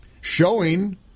showing